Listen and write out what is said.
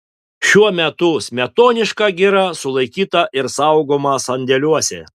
šiuo metu smetoniška gira sulaikyta ir saugoma sandėliuose